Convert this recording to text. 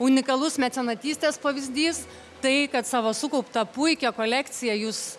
unikalus mecenatystės pavyzdys tai kad savo sukauptą puikią kolekciją jūs